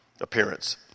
appearance